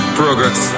progress